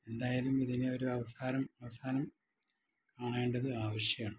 എന്തായാലും ഇതിന് ഒരവസാനം അവസാനം കാണേണ്ടത് ആവശ്യമാണ്